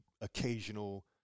occasional